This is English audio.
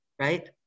right